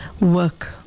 work